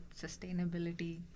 sustainability